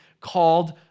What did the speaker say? called